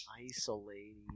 Isolating